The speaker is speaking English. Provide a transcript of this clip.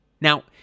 Now